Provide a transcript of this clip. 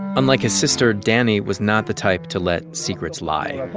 unlike his sister, danny was not the type to let secrets lie